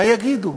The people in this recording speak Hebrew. מה יגידו?